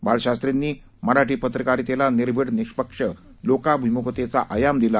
बाळशास्त्रींनी मराठी पत्रकारितेला निर्भीड निःष्पक्ष लोकाभिम्खतेचा आयाम दिला